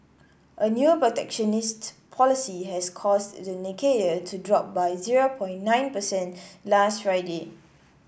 a new protectionist policy has caused the Nikkei to drop by zero from nine percent last Friday